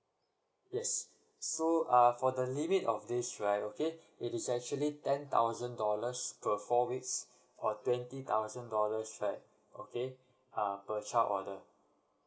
yes so uh for the limit of this right okay it is actually ten thousand dollars per four weeks or twenty thousand dollars right okay uh per child order